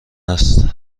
است